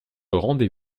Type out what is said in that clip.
rendez